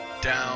down